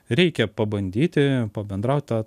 reikia pabandyti pabendrauti